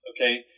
Okay